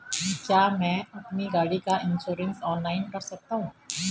क्या मैं अपनी गाड़ी का इन्श्योरेंस ऑनलाइन कर सकता हूँ?